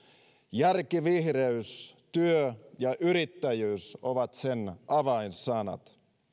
järkivihreys työ ja yrittäjyys ovat sen avainsanat